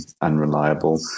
unreliable